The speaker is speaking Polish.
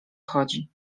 chodzi